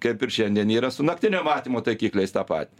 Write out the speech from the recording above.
kaip ir šiandien yra su naktinio matymo taikikliais tą patį